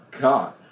God